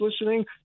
listening